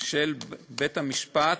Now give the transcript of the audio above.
של בית-המשפט,